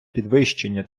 підвищення